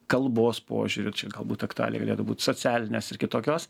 kalbos požiūriu čia galbūt aktualija galėtų būt socialinės ir kitokios